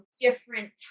different